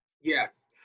Yes